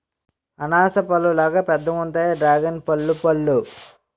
అనాస పల్లులాగా పెద్దగుంతాయి డ్రేగన్పల్లు పళ్ళు